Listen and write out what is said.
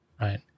right